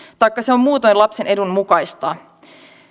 taikka se on muutoin lapsen edun mukaista